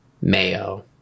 Mayo